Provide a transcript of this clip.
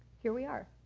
here we are